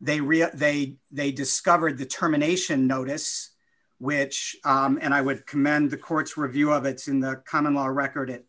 they re a they they discovered the terminations notice which and i would commend the court's review of it's in the common law record it